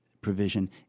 provision